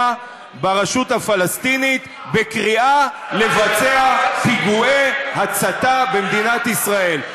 ברשות הפלסטינית וקריאה לבצע פיגועי הצתה במדינת ישראל.